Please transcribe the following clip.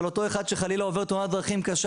על אותו אחד שעובר חלילה תאונת דרכים קשה